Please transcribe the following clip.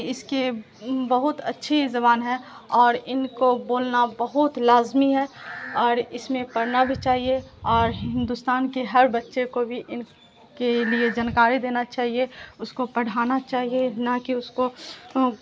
اس کے بہت اچھی زبان ہے اور ان کو بولنا بہت لازمی ہے اور اس میں پڑھنا بھی چاہیے اور ہندوستان کے ہر بچے کو بھی ان کے لیے جانکاری دینا چاہیے اس کو پڑھانا چاہیے نہ کہ اس کو